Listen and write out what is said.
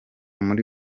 muri